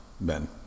Ben